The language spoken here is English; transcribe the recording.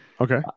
okay